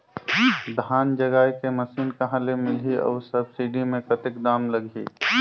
धान जगाय के मशीन कहा ले मिलही अउ सब्सिडी मे कतेक दाम लगही?